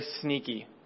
sneaky